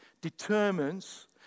determines